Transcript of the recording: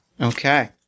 Okay